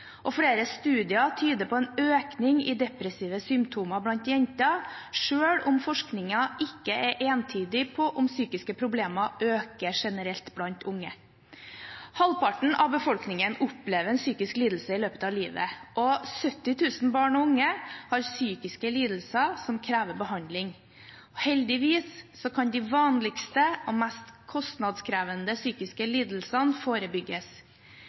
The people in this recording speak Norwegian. og flere studier tyder på en økning i depressive symptomer blant jenter, selv om forskningen ikke er entydig på om psykiske problemer øker generelt blant unge. Halvparten av befolkningen opplever en psykisk lidelse i løpet av livet, og 70 000 barn og unge har psykiske lidelser som krever behandling. Heldigvis kan de vanligste og mest kostnadskrevende psykiske lidelsene forebygges.